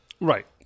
Right